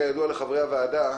כידוע לחברי הוועדה,